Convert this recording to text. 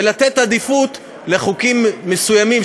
ולתת עדיפות לחוקים מסוימים,